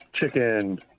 chicken